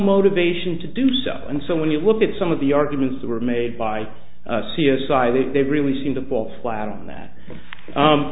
motivation to do so and so when you look at some of the arguments that were made by c s i that they really seem to fall flat on that